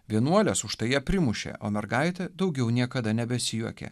vienuolės už tai ją primušė o mergaitė daugiau niekada nebesijuokė